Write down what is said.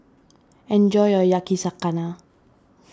enjoy your Yakizakana